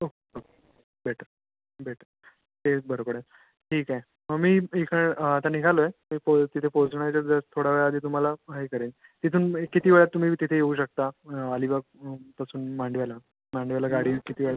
हो हो better better तेच बरं पडेल ठीक आहे मग मी एक आता निघालो आहे ते पो तिथे पोहोचण्याच्या जस्ट थोडा वेळ आधी तुम्हाला हाय करेन तिथून किती वेळात तुम्ही तिथे येऊ शकता अलीबाग पासून मांडव्याला मांडव्याला गाडी किती वेळात